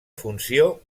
funció